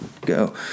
go